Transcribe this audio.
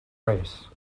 race